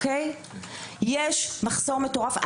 יש מחסור מטורף.